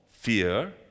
fear